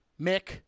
Mick